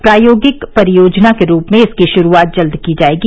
प्रायोगिक परियोजना के रूप में इसकी शुरूआत जल्द की जाएगी